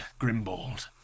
Grimbold